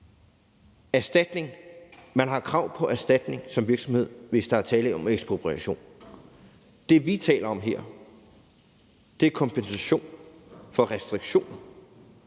et krav på erstatning, hvis der er tale om en ekspropriation. Det, som vi taler om her, er en kompensation for restriktioner,